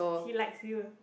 he likes you